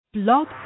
Blog